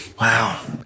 Wow